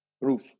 roof